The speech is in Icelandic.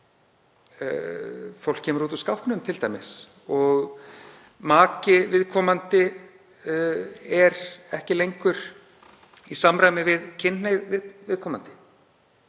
þegar fólk kemur út úr skápnum t.d. og maki viðkomandi er ekki lengur í samræmi við kynhneigð viðkomandi.